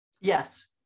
yes